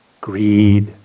greed